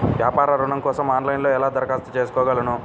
వ్యాపార ఋణం కోసం ఆన్లైన్లో ఎలా దరఖాస్తు చేసుకోగలను?